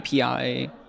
API